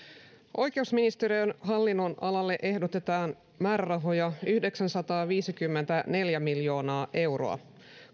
oikeusministeriön hallinnonalalle ehdotetaan määrärahoja yhdeksänsataaviisikymmentäneljä miljoonaa euroa